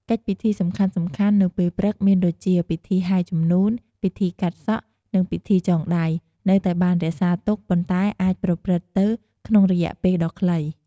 កិច្ចពិធីសំខាន់ៗនៅពេលព្រឹកមានដូចជា ពិធីហែជំនូន ពិធីកាត់សក់ និងពិធីចងដៃ នៅតែបានរក្សាទុក ប៉ុន្តែអាចប្រព្រឹត្តទៅក្នុងរយៈពេលដ៏ខ្លី។